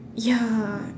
ya